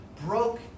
broke